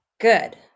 Good